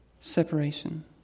separation